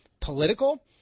political